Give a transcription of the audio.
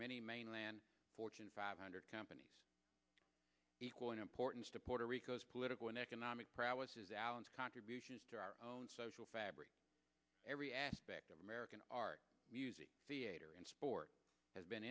many mainland fortune five hundred companies equal in importance to puerto rico's political and economic prowess is alan's contributions to our own social fabric every aspect of american art music and sport has been